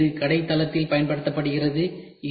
எனவே இது கடைத் தளத்தில் பயன்படுத்தப்படுகிறது